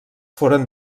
foren